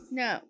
no